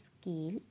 scale